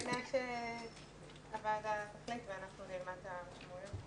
אז אני מבינה שהוועדה תחליט ואנחנו נלמד את המשמעויות.